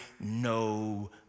no